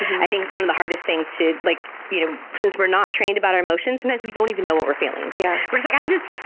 i think it's one of the hardest things to like you know, since we're not trained about our emotions sometimes we don't even know what we're feeling. yeah we're just like, i'm just,